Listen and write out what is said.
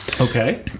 Okay